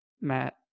Matt